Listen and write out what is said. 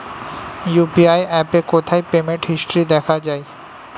UPI অ্যাপে কোথায় payment history দেখা যায়?